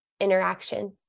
interaction